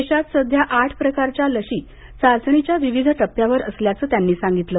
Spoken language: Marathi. देशात सध्या आठ प्रकारच्या लशी चाचणीच्या विविध टप्प्यावर असल्याचं त्यांनी सांगितलं